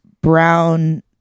brown